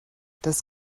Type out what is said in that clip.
das